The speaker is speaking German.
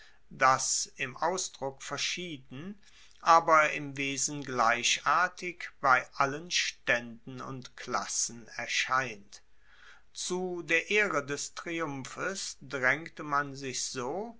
das im ausdruck verschieden aber im wesen gleichartig bei allen staenden und klassen erscheint zu der ehre des triumphes draengte man sich so